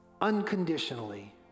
unconditionally